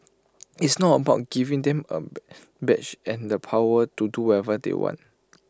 it's not about giving them A badge and the powers to do whatever they want